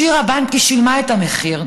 שירה בנקי שילמה את המחיר.